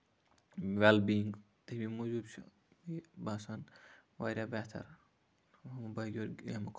ویل بیٖگ تَمہِ موٗجوٗب چھُ یہِ باسان واریاہ بہتر باقیو ییٚمہِ کھۄتہٕ